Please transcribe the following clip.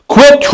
Quit